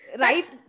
Right